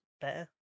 better